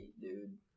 dude